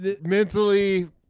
Mentally